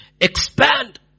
Expand